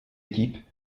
équipe